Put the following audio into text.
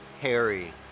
Harry